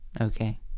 Okay